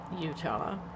Utah